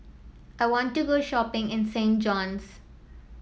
I want to go shopping in Saint John's